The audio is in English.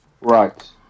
Right